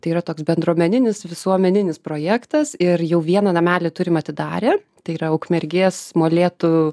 tai yra toks bendruomeninis visuomeninis projektas ir jau vieną namelį turim atidarę tai yra ukmergės molėtų